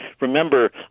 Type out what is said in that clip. remember